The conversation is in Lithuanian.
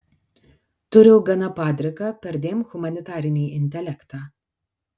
turiu gana padriką perdėm humanitarinį intelektą